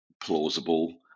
plausible